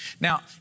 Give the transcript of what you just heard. Now